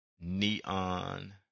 Neon